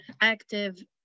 active